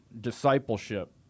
discipleship